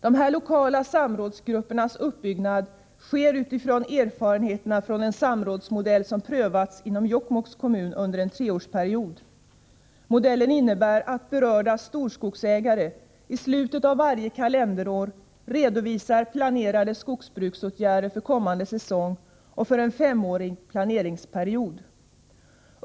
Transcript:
De lokala samrådsgruppernas uppbyggnad sker utifrån erfarenheterna från en samrådsmodell som prövats inom Jokkmokks kommun under en treårsperiod. Modellen innebär att berörda storskogsägare i slutet av varje kalenderår redovisar planerade skogsbruksåtgärder för kommande säsong och för en femårig planeringsperiod.